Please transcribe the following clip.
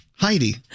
Heidi